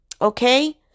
Okay